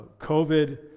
COVID